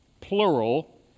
plural